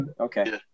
Okay